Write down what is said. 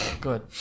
Good